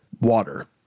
water